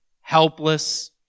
helpless